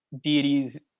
deities